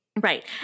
Right